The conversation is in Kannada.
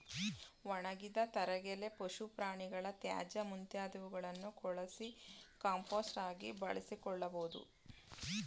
ಒಣಗಿದ ತರಗೆಲೆ, ಪಶು ಪ್ರಾಣಿಗಳ ತ್ಯಾಜ್ಯ ಮುಂತಾದವುಗಳನ್ನು ಕೊಳಸಿ ಕಾಂಪೋಸ್ಟ್ ಆಗಿ ಬಳಸಿಕೊಳ್ಳಬೋದು